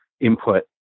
input